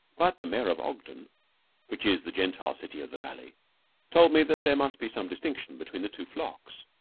but the mayor of ogden which is the gentile city of the valley told me that there must be some distinction between the two flocks.